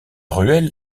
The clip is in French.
ruelle